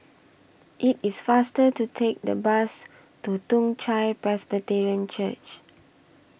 IT IS faster to Take The Bus to Toong Chai Presbyterian Church